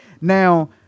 Now